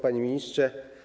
Panie Ministrze!